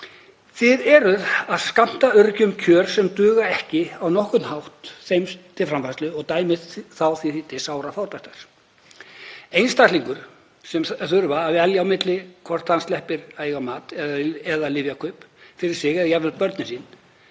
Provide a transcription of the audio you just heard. Þið eruð að skammta öryrkjum kjör sem duga ekki á nokkurn hátt þeim til framfærslu og dæmið þá því til sárafátæktar. Einstaklingur sem þarf að velja á milli þess hvort hann sleppir að eiga mat eða kaupa lyf fyrir sig eða jafnvel börnin sín